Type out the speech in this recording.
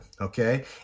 okay